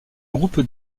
groupe